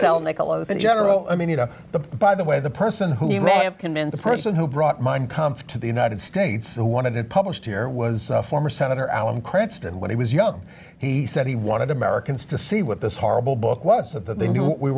sell niccolo in general i mean you know but by the way the person who you may have convinced the person who brought mine come to the united states and wanted it published here was former senator alan cranston when he was young he said he wanted to americans to see what this horrible book was so that they knew we